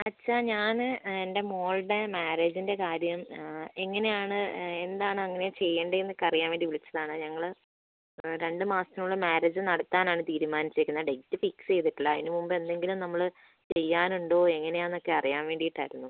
അച്ചാ ഞാൻ എൻ്റെ മകളുടെ മാര്യേജിൻ്റെ കാര്യം എങ്ങനെയാണ് എന്താണങ്ങനെ ചെയ്യണ്ടേ എന്നൊക്കെ അറിയാൻ വേണ്ടി വിളിച്ചതാണ് ഞങ്ങൾ രണ്ടു മാസത്തിനുള്ളിൽ മാര്യേജ് നടത്താനാണ് തീരുമാനിച്ചിരിക്കുന്നത് ഡേറ്റ് ഫിക്സ് ചെയ്തിട്ടില്ല അതിനു മുൻപെന്തെങ്കിലും നമ്മൾ ചെയ്യാനുണ്ടോ എങ്ങനെയാണ് എന്നൊക്കെ അറിയാൻ വേണ്ടിയിട്ടായിരുന്നു